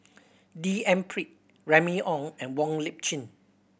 D N Pritt Remy Ong and Wong Lip Chin